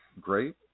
Great